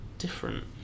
different